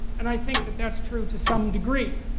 and i think that that's true to some degree.